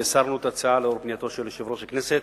והסרנו את ההצעה לאור פנייתו של יושב-ראש הכנסת.